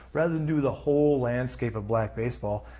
rather than do the whole landscape of black baseball.